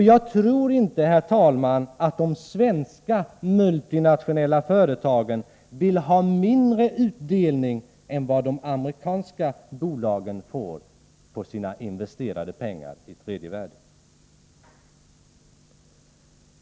Jag tror inte, herr talman, att de svenska multinationella företagen vill ha mindre utdelning än vad de amerikanska bolagen får på sina investerade pengar i tredje världen.